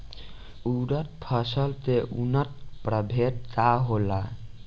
उरद फसल के उन्नत प्रभेद का होला?